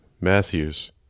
Matthews